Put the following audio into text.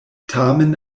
tamen